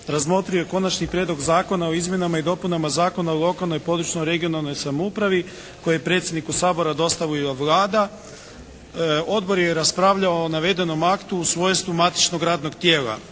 razmotrio je Konačni prijedlog Zakona o izmjenama i dopunama Zakona o lokalnoj i područnoj (regionalnoj) samoupravi koji je predsjedniku Sabora dostavila Vlada. Odbor je raspravljao o navedenom aktu u svojstvu matičnog radog tijela.